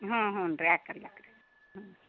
ಹ್ಞೂ ಹ್ಞೂ ರೀ ಆಕ್ಕಲ್ ಅಕ್ ರೀ ಹ್ಞೂ